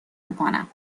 میکنم